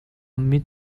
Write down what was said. mit